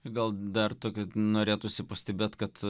gal dar tokį norėtųsi pastebėt kad